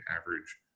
average